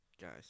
guys